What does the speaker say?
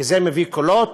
כי זה מביא קולות,